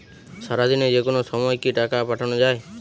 সারাদিনে যেকোনো সময় কি টাকা পাঠানো য়ায়?